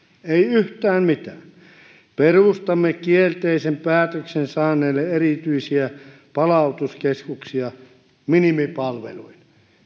ei yhtään mitään perustamme kielteisen päätöksen saaneille erityisiä palautuskeskuksia minimipalveluin